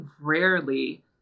rarely